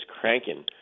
cranking